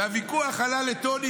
והוויכוח עלה לטונים,